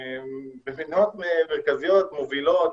מדינות מרכזיות מובילות,